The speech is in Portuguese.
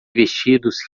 vestidos